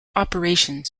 operations